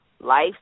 life